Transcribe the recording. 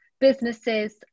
businesses